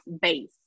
base